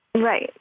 Right